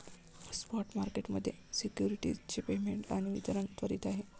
spot market मध्ये securities चे payment आणि वितरण त्वरित आहे